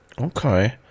okay